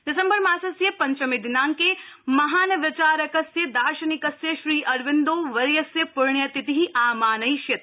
दिसम्बर मासस्य पञ्चमे दिनांके महान् विचारकस्य दार्शनिकस्य श्रीअरबिन्दोवर्यस्य प्रण्यतिथि आमानयिष्यते